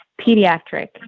pediatric